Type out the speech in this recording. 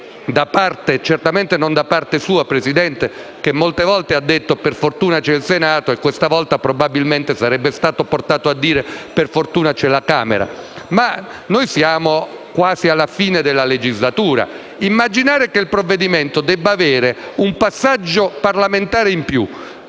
il provvedimento. Lei, signor Presidente, molte volte ha detto che per fortuna c'è il Senato e questa volta probabilmente sarebbe stato portato a dire che per fortuna c'è la Camera. Ma siamo quasi alla fine della legislatura e immaginare che il provvedimento debba avere un passaggio parlamentare in più,